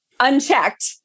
unchecked